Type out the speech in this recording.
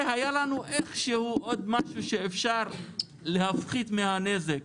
היה לנו משהו שבאמצעותו אפשר היה להפחית מהנזק,